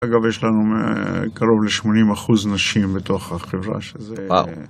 אגב, יש לנו קרוב ל-80 אחוז נשים בתוך החברה שזה...